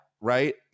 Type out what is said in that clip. right